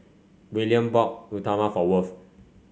Willian bought Uthapam for Worth